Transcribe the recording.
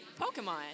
Pokemon